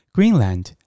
Greenland